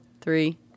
three